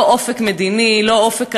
לא אופק מדיני, לא אופק כלכלי,